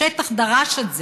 השטח דרש את זה.